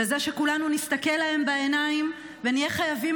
זה שכולנו נסתכל להם בעיניים ונהיה חייבים